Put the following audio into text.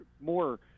more